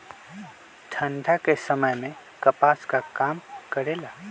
ठंडा के समय मे कपास का काम करेला?